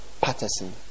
Patterson